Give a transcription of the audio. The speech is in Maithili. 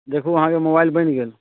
देखू अहाँके मोबाइल बनि गेल